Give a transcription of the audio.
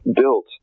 built